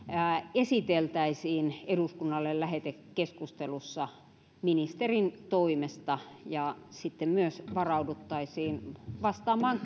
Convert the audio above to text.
esiteltäisiin eduskunnalle lähetekeskustelussa ministerin toimesta ja sitten myös varauduttaisiin vastaamaan